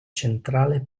centrale